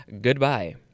Goodbye